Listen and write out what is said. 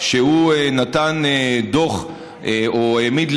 וכשיסיים את בדיקתו יחליט אם הוא עובר לחקירה